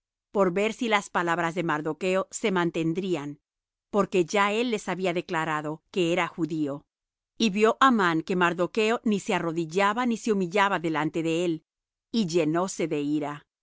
por ver si las palabras de mardocho se mantendrían porque ya él les había declarado que era judío y vió amán que mardocho ni se arrodillaba ni se humillaba delante de él y llenóse de ira